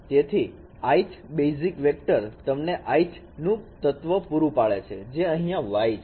તેથી ith basic vector તમને ith નું તત્વ પૂરું પાડે છે જે અહીંયા Y છે